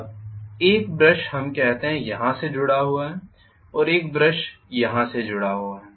अब एक ब्रश हम कहते हैं कि यहां से जुड़ा हुआ है और एक अन्य ब्रश यहां से जुड़ा हुआ है